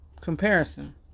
comparison